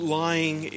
lying